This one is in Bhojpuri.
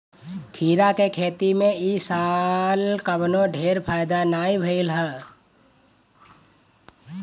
खीरा के खेती में इ साल कवनो ढेर फायदा नाइ भइल हअ